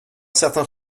certain